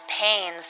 pains